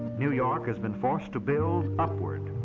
new york has been forced to build upward.